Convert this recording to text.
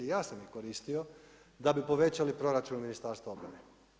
Ja sam ih koristio da bi povećali proračun Ministarstva obrane.